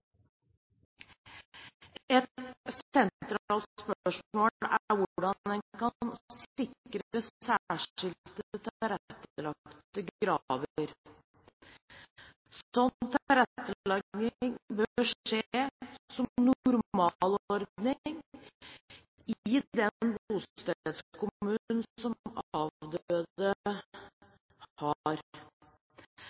Et sentralt spørsmål er hvordan en kan sikre særskilt tilrettelagte graver. Slik tilrettelegging bør som normalordning kunne skje i bostedskommunen til avdøde. Men kommunen